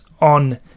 on